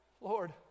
Lord